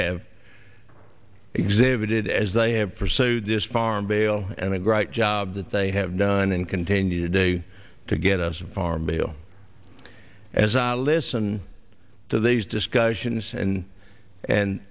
have exhibited as they have pursued this farm bail and the great job that they have done and continue today to get us a farm bill as i listen to these discussions and and